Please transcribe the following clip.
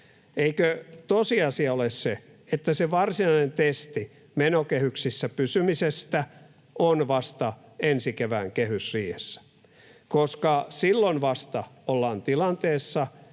Eikö tosiasia ole se, että se varsinainen testi menokehyksissä pysymisestä on vasta ensi kevään kehysriihessä, koska silloin vasta ollaan tilanteessa,